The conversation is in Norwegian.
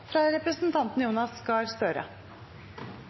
fra representanten Jonas Gahr Støre.